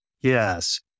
Yes